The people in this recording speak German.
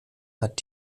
hat